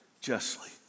justly